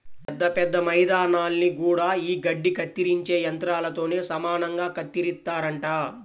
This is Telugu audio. పెద్ద పెద్ద మైదానాల్ని గూడా యీ గడ్డి కత్తిరించే యంత్రాలతోనే సమానంగా కత్తిరిత్తారంట